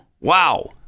Wow